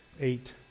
eight